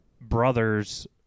brothers